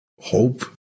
hope